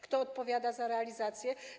Kto odpowiada za realizację?